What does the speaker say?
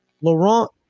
Laurent